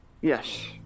Yes